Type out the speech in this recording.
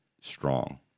strong